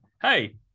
Hey